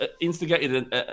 instigated